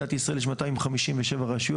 במדינת ישראל יש מאתיים חמישים ושבע רשויות,